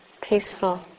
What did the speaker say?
Peaceful